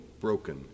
broken